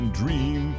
dream